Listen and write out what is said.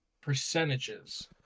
percentages